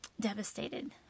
devastated